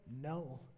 No